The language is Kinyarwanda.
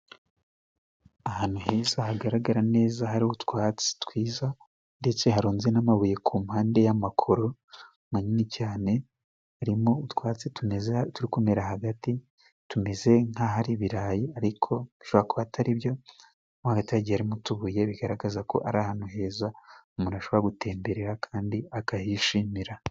Ahantu heza hagaragara neza hari utwatsi twiza ndetse harunze n'amabuye ku mpande y'amakoro manini cyane harimo utwatsi tumeze turi kumera hagati tumeze nkaho ari ibirayi ariko bishobora kuba atari byo, mo hagati hagiye harimo utubuye bigaragaza ko ari ahantu heza umuntu ashobora gutemberera kandi akahishimira.